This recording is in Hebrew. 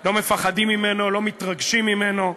לא מפחדים ממנו, לא מתרגשים ממנו.